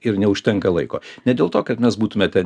ir neužtenka laiko ne dėl to kad mes būtume ten